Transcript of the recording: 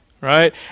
right